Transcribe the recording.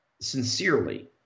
sincerely